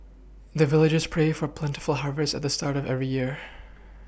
the villagers pray for plentiful harvest at the start of every year